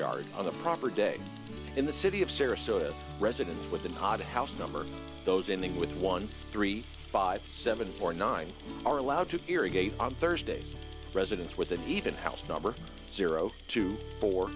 yard on the proper day in the city of sarasota residents with the odd house number those ending with one three five seven four nine are allowed to irrigate on thursday residents with an even house number zero two four